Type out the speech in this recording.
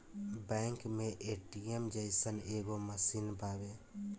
bank मे ATM जइसन एगो मशीन बावे